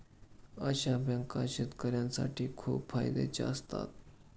अशा बँका शेतकऱ्यांसाठी खूप फायद्याच्या असतात